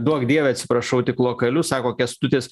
duok dieve atsiprašau tik lokaliu sako kęstutis